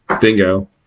Bingo